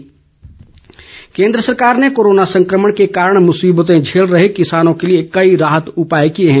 corona राहत केन्द्र सरकार ने कोरोना संक्रमण के कारण मुसीबते झेल रहे किसानों के लिए कई राहत उपाय किये हैं